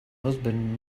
husband